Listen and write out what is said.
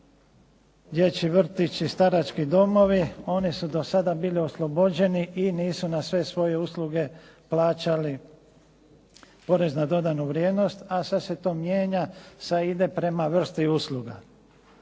dječji vrtići, starački domovi, oni su sada bili oslobođeni i nisu na sve svoje usluge plaćali porez na dodanu vrijednost a sada se to mijenja, sada ide prema vrsti usluga.